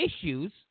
issues